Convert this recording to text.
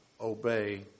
obey